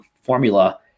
formula